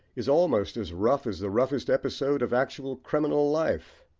is almost as rough as the roughest episode of actual criminal life.